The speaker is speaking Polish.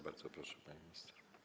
Bardzo proszę, pani minister.